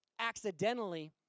accidentally